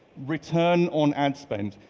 return on ad spend.